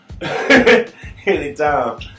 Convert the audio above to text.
anytime